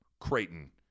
Creighton